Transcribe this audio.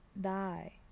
die